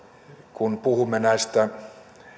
kun puhumme